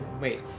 Wait